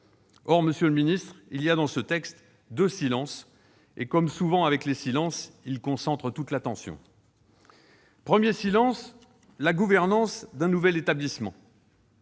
Or, monsieur le ministre, il y a dans ce texte deux silences et, comme souvent avec les silences, ils concentrent toute l'attention. Un premier silence concerne la gouvernance du nouvel établissement.